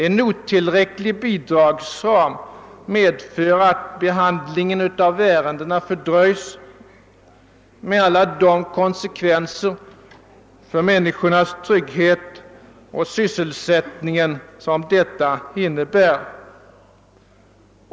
En otillräcklig bidragsram medför att behand lingen av ärendena fördröjes, med alla de konsekvenser detta för med sig för människornas trygghet och sysselsättning.